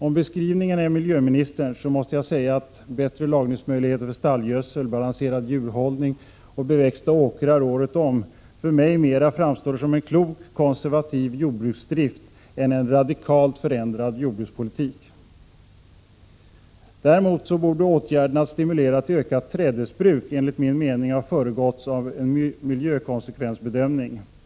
Om beskrivningen är miljöministerns, måste jag säga att bättre lagringsmöjligheter för stallgödsel, balanserad djurhållning och beväxta åkrar året om för mig mer framstår som klok, konservativ jordbruksdrift än ”en radikalt förändrad jordbrukspolitik”. Åtgärden att stimulera till ökat trädesbruk borde enligt min mening ha föregåtts av en miljökonsekvensbedömning.